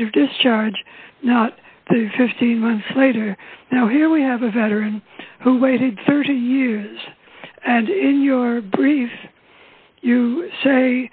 date of discharge not the fifteen months later now here we have a veteran who waited thirty years and in your briefs you say